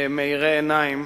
מאירי עיניים